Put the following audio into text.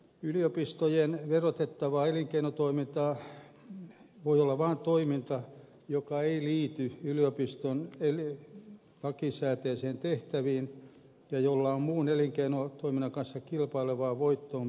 yliopistojen verotettavaa elinkeinotoimintaa voi olla vain toiminta joka ei liity yliopiston lakisääteisiin tehtäviin ja jolla on muun elinkeinotoiminnan kanssa kilpaileva voittoon pyrkivä luonne